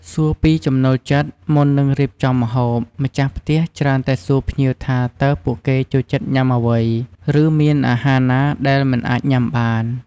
សួរពីចំណូលចិត្តមុននឹងរៀបចំម្ហូប ម្ចាស់ផ្ទះច្រើនតែសួរភ្ញៀវថាតើពួកគេចូលចិត្តញ៉ាំអ្វី ឬមានអាហារណាដែលមិនអាចញ៉ាំបាន។